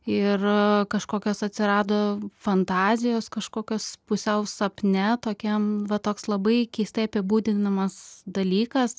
ir kažkokios atsirado fantazijos kažkokios pusiau sapne tokiam va toks labai keistai apibūdinamas dalykas